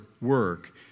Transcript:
work